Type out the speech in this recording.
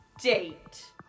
date